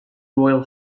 royal